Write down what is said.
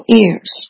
ears